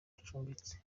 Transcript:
acumbitse